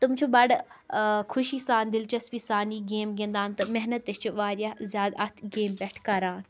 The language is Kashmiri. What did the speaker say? تم چھِ بَڑٕ خوشی سان دِلچَسپی سان یہِ گیم گِنٛدان تہٕ محنت تہِ چھِ وارِیاہ زیادٕ اَتھ گیمہِ پٮ۪ٹھ کَران